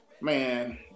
man